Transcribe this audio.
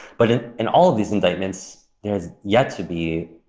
but in in all of these indictments, there's yet to be,